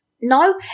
No